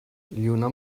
lluna